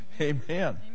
Amen